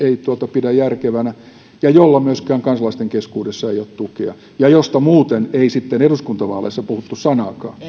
pidä järkevänä ja jolla myöskään kansalaisten keskuudessa ei ole tukea ja josta muuten ei eduskuntavaaleissa puhuttu sanaakaan